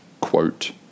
quote